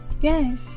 Yes